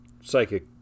Psychic